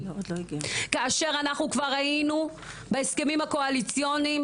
כאשר אנחנו כבר ראינו בהסכמים הקואליציוניים,